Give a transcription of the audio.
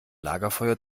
lagerfeuer